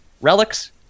relics